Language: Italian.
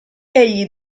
egli